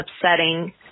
upsetting